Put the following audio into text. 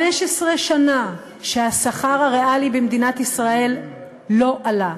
15 שנה השכר הריאלי במדינת ישראל לא עלה,